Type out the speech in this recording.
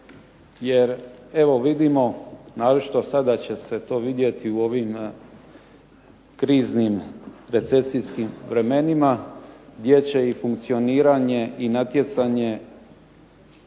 Jer evo vidimo naročito sada će se to vidjeti u ovim kriznim recesijskim vremenima, gdje će i funkcioniranje i natjecanje